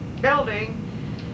building